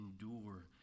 endure